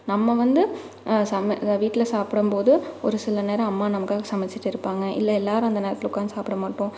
நம்ம வந்து சம்ம வீட்டில் சாப்பிடும்போது ஒரு சில நேரம் அம்மா நமக்காக சமைச்சிட்டு இருப்பாங்க இல்லை எல்லோரும் அந்த நேரத்தில் உக்காந்து சாப்பிட மாட்டோம்